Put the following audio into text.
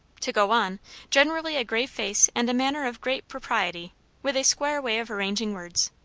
to go on generally a grave face and a manner of great propriety with a square way of arranging words.